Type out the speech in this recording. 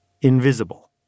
invisible